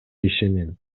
ишенем